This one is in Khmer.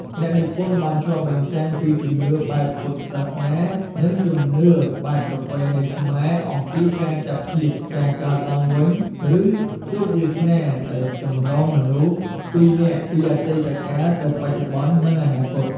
អ្នកនិពន្ធបានឆ្លុះបញ្ចាំងពីជំនឿបែបពុទ្ធសាសនា នឹងជំនឿបែបប្រពៃណីខ្មែរអំពីការចាប់ជាតិ ការកើតឡើងវិញ ឬជោគវាសនាដែលចម្លងមនុស្សពីរនាក់ពីអតីតកាលទៅបច្ចុប្បន្ន និងអនាគត ។